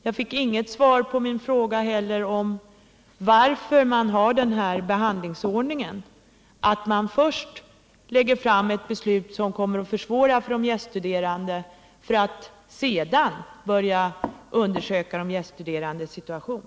Jag fick inte heller något svar på min fråga om varför man har den behandlingsordningen att man fattar ett beslut som kommer att göra det svårare för de gäststuderande och först därefter börjar undersöka de gäststuderandes situation.